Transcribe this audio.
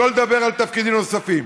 שלא לדבר על תפקידים נוספים.